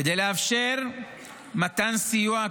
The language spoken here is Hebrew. כדי לאפשר מתן סיוע,